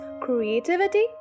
creativity